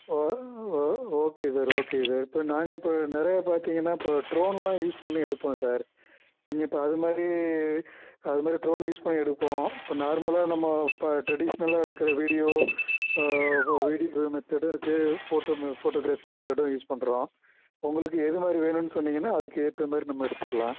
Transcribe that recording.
okay sir okay sir இப்போ நாங்கள் இப்போ நிறையா பார்த்தீங்கன்னா இப்போ ட்ரோன்லாம் யூஸ் பண்ணி எடுப்போம் சார் நீங்கள் இப்போ அது மாதிரி அது மாதிரி ட்ரோன் யூஸ் பண்ணி எடுப்போம் இப்போ நார்மலாக நம்ம இப்போ ட்ரடிஷனலாக எடுக்கிற வீடியோ வீடியோகிராஃபி மெத்தடு இருக்குது ஃபோட்டோ ஃபோட்டோகிராஃபி மெத்தடு யூஸ் பண்ணுறோம் உங்களுக்கு எது மாதிரி வேணும்னு சொன்னீங்கன்னால் அதுக்கு ஏற்ற மாதிரி நம்ம எடுத்துக்கலாம்